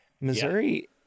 Missouri